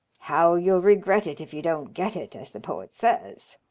how you'll regret it if you don't get it, as the poet says.